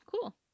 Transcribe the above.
cool